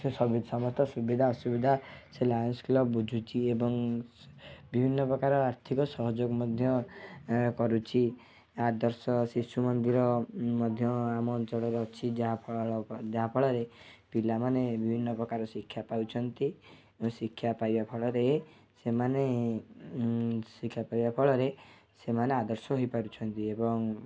ସେ ସମସ୍ତ ସୁବିଧା ଅସୁବିଧା ସେ ଲାୟନ୍ସ୍ କ୍ଲବ୍ ବୁଝୁଛି ଏବଂ ବିଭିନ୍ନ ପ୍ରକାର ଆର୍ଥିକ ସହଯୋଗ ମଧ୍ୟ ଏ କରୁଛି ଆଦର୍ଶ ଶିଶୁମନ୍ଦିର ମଧ୍ୟ ଆମ ଅଞ୍ଚଳରେ ଅଛି ଯାହାଫଳରେ ପିଲାମାନେ ବିଭିନ୍ନ ପ୍ରକାର ଶିକ୍ଷା ପାଉଛନ୍ତି ଏବଂ ଶିକ୍ଷା ପାଇବା ଫଳରେ ସେମାନେ ଶିକ୍ଷା ପାଇବା ଫଳରେ ସେମାନେ ଆଦର୍ଶ ହୋଇ ପାରୁଛନ୍ତି ଏବଂ